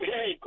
Hey